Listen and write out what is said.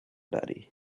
daddy